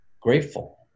grateful